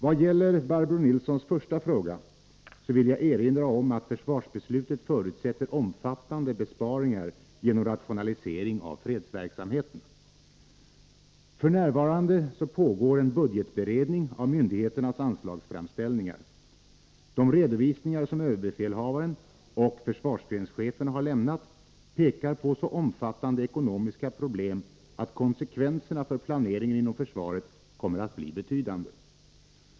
Vad gäller Barbro Nilssons första fråga vill jag erinra om att försvarsbeslutet förutsätter omfattande besparingar genom rationalisering av fredsverksamheten. F. n. pågår en budgetberedning av myndigheternas anslagsframställningar. De redovisningar som överbefälhavaren och försvarsgrenscheferna har n lämnat pekar på så omfattande ekonomiska problem att konsekvenserna för planeringen inom försvaret kommer att bli betydande.